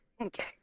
Okay